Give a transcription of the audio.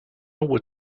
were